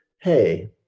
hey